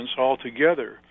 altogether